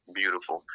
beautiful